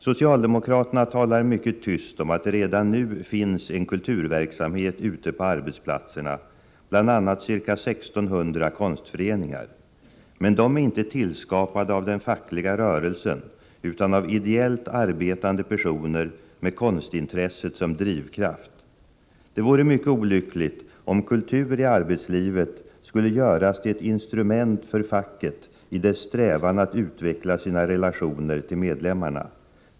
Socialdemokraterna talar mycket tyst om att det redan nu finns en kulturverksamhet ute på arbetsplatserna, bl.a. ca 1 600 konstföreningar. Men de är inte tillskapade av den fackliga rörelsen utan av idellt arbetande personer med konstintresset som drivkraft. Det vore mycket olyckligt om kultur i arbetslivet skulle göras till ett instrument för facket i dess strävan att utveckla sina relationer till medlemmarna.